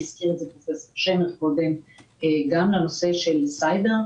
גם לנושא של סייבר.